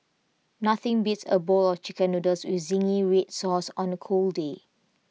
nothing beats A bowl of Chicken Noodles with Zingy Red Sauce on A cold day